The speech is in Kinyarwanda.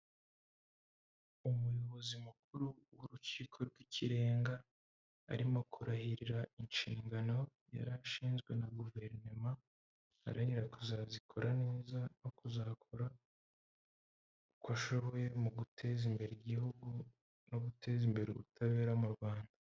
Umuyobozi mukuru w'urukiko rw'ikirenga arimo kurahirira inshingano yari ashinzwe na guverinoma, Aharanira kuzazikora neza no kuzakora uko ashoboye mu guteza imbere igihugu no guteza imbere ubutabera mu Rwanda.